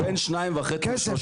בין 2.5 ל-3.